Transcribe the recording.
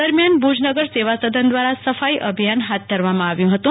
દરમિયાન ભુજ નગર સેવાસદન દ્વારા સફાઇ અભિયાન ફાથ ધરવામાં આવ્યું ફતું